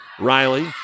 Riley